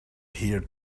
hear